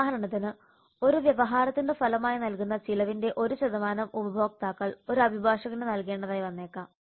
ഉദാഹരണത്തിന് ഒരു വ്യവഹാരത്തിന്റെ ഫലമായി നൽകുന്ന ചിലവിന്റെ ഒരു ശതമാനം ഉപഭോക്താക്കൾ ഒരു അഭിഭാഷകന് നൽകേണ്ടതായി വന്നേക്കാം